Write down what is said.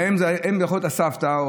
האם יכולה להיות הסבתא,